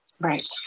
Right